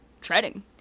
treading